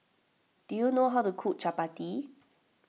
do you know how to cook Chapati